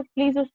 Please